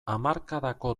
hamarkadako